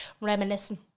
Reminiscing